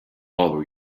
bother